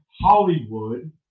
Hollywood